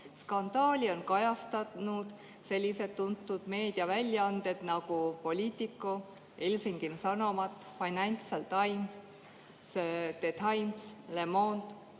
Skandaali on kajastanud sellised tuntud meediaväljaanded nagu Politico, Helsingin Sanomat, Financial Times, The Times, Le Monde.